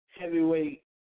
Heavyweight